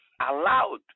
allowed